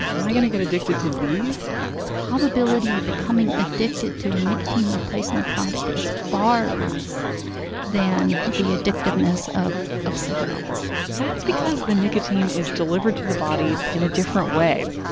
am i going to get addicted to these? the probability of becoming addicted to a nicotine replacement product is far less than the addictiveness of of cigarettes that's because the nicotine is delivered to the body in a different way.